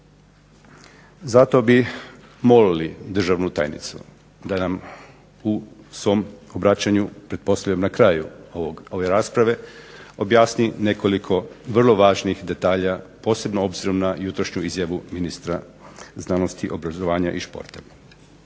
Zato bi molili državnu tajnicu da nam u svom obraćanju, pretpostavljam na kraju ove rasprave, objasni nekoliko vrlo važnih detalja, posebno obzirom na jutrošnju izjavu ministra znanosti, obrazovanja i športa.